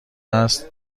است